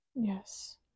Yes